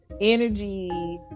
energy